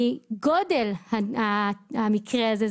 מגודל המקרה הזה.